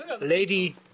Lady